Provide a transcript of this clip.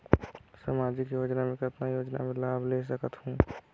समाजिक योजना मे कतना योजना मे लाभ ले सकत हूं?